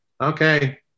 okay